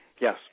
Yes